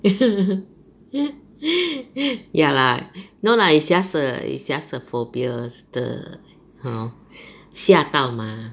ya lah no lah it's just a it's just a phobia the you know 吓到 mah